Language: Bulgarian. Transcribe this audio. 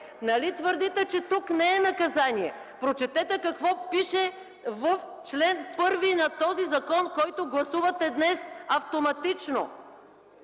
Нали твърдите, че тук не е наказание? Прочетете какво пише в чл. 1 на този закон, който гласувате днес автоматично,